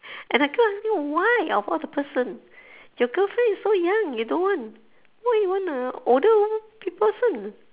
and I can't understand why of all the person your girlfriend is so young you don't want why you want a older one big person